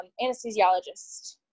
anesthesiologist